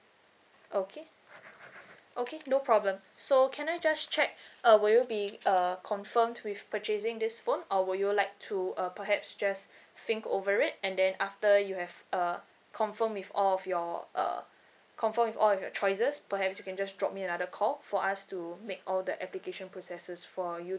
okay okay no problem so can I just check uh will you be uh confirm with purchasing this phone or will you like to uh perhaps just think over it and then after you have uh confirm with all of your uh confirm with all of your choices perhaps you can just drop me another call for us to make all the application processes for you